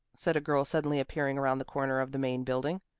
said a girl suddenly appearing around the corner of the main building.